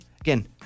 Again